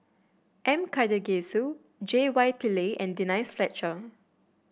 M Karthigesu J Y Pillay and Denise Fletcher